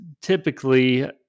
typically